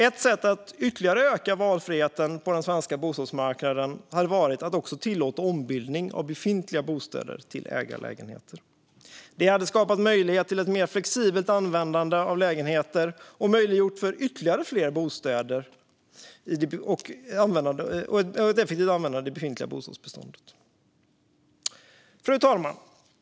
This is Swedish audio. Ett sätt att ytterligare öka valfriheten på bostadsmarknaden hade varit att också tillåta ombildning av befintliga bostäder till ägarlägenheter. Det hade skapat möjlighet till ett mer flexibelt användande av lägenheter och möjliggjort ytterligare fler bostäder och ett mer effektivt användande av befintligt bostadsbestånd. Fru talman!